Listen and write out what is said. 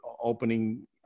opening